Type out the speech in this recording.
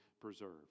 preserved